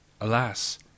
alas